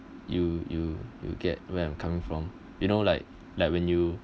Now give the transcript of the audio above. you you you get where I'm coming from you know like like when you